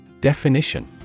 Definition